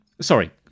sorry